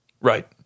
Right